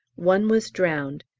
one was drowned,